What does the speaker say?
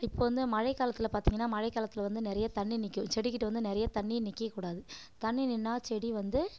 இப்போ வந்து மழைக்காலத்தில் பார்த்திங்னா மழைக்காலத்தில் வந்து நிறைய தண்ணி நிற்கும் செடிக்கிட்ட வந்து நிறைய தண்ணி நிற்க கூடாது தண்ணி நின்றா செடி வந்து